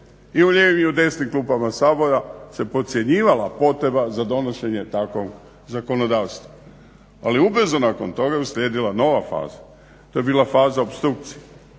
i u lijevim i u desnim klupama Sabora se podcjenjivala potreba za donošenje takvog zakonodavstva. Ali ubrzo nakon toga je uslijedila nova faza. To je bila faza opstrukcije.